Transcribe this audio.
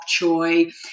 choy